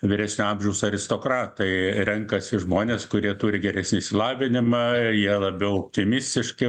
vyresnio amžiaus aristokratai renkasi žmonės kurie turi geresnį išsilavinimą jie labiau optimistiški